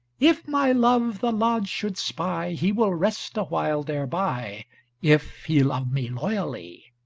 if my love the lodge should spy, he will rest awhile thereby if he love me loyally.